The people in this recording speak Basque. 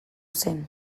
zen